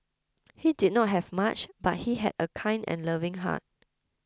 he did not have much but he had a kind and loving heart